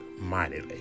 mightily